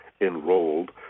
enrolled